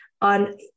on